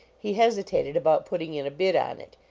he hesi tated about putting in a bid on it,